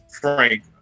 Frank